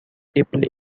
deeply